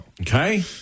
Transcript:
Okay